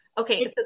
Okay